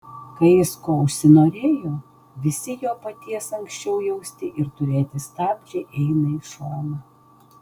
kai jis ko užsinorėjo visi jo paties anksčiau jausti ir turėti stabdžiai eina į šoną